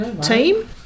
team